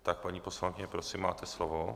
Tak, paní poslankyně, prosím, máte slovo.